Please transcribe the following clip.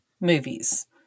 movies